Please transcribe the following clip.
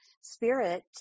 spirit